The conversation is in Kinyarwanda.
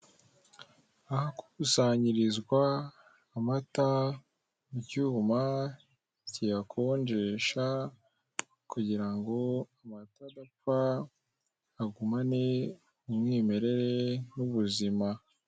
Ahakusanyirizwa amata mu cyuma kiyakonjesha, kugira ngo amata adapfa agumane umwimerere n'ubuzima.